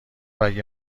اگه